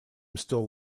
still